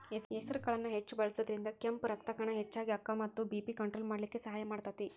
ಹೆಸರಕಾಳನ್ನ ಹೆಚ್ಚ್ ಬಳಸೋದ್ರಿಂದ ಕೆಂಪ್ ರಕ್ತಕಣ ಹೆಚ್ಚಗಿ ಅಕ್ಕಾವ ಮತ್ತ ಬಿ.ಪಿ ಕಂಟ್ರೋಲ್ ಮಾಡ್ಲಿಕ್ಕೆ ಸಹಾಯ ಮಾಡ್ತೆತಿ